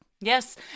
Yes